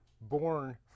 born